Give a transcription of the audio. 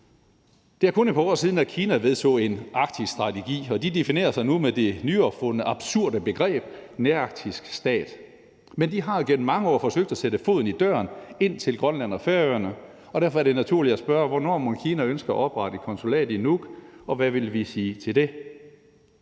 Det er kun et par år siden, at Kina vedtog en Arktisstrategi, og de definerer sig nu med det nyopfundne og absurde begreb nærarktisk stat. Men de har jo igennem mange år forsøgt at sætte foden i døren ind til Grønland og Færøerne, og derfor er det naturligt at spørge: Hvornår mon Kina ønsker at oprette et konsulat i Nuuk, og hvad vil vi sige til det?